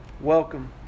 welcome